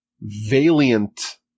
valiant